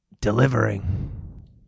delivering